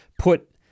put